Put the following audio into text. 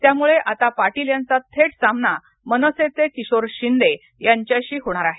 त्यामुळे आता पाटील यांचा थेट सामना मनसेचे किशोर शिंदे यांच्याशी होणार आहे